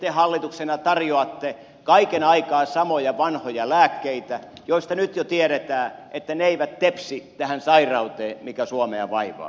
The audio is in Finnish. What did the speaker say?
te hallituksena tarjoatte kaiken aikaa samoja vanhoja lääkkeitä joista nyt jo tiedetään että ne eivät tepsi tähän sairauteen mikä suomea vaivaa